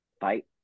Fight